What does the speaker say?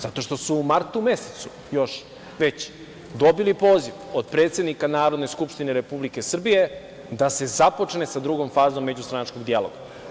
Zato što su u martu mesecu još dobili poziv od predsednika Narodne skupštine Republike Srbije da se započne sa drugom fazom međustranačkog dijaloga.